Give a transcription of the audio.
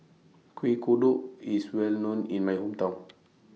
Kuih Kodok IS Well known in My Hometown